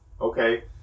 Okay